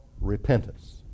repentance